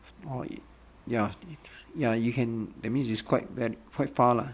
or it ya ya you can that means it's quite quite bad quite far lah